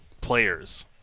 players